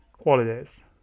qualities